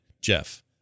Jeff